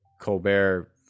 Colbert